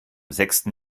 sechsten